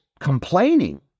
complaining